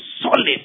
solid